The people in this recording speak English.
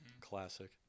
Classic